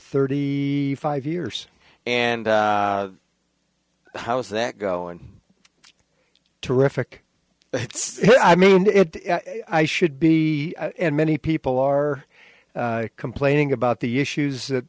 thirty five years and how does that go and terrific i mean i should be and many people are complaining about the issues that